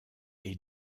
est